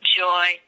joy